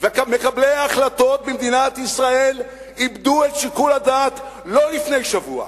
ומקבלי ההחלטות במדינת ישראל איבדו את שיקול הדעת לא לפני שבוע,